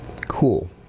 Cool